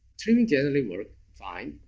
trimming generally work fine,